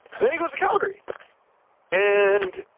then he goes to calgary and